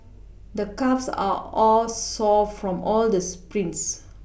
the calves are all sore from all the sprints